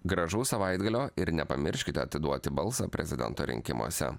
gražaus savaitgalio ir nepamirškite atiduoti balsą prezidento rinkimuose